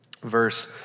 verse